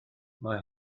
mae